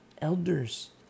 elders